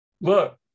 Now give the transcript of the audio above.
look